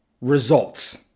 results